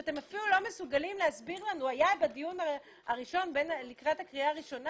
שאתם אפילו לא מסוגלים להסביר לנו בדיון לקראת הקריאה הראשונה